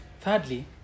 thirdly